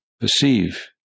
perceive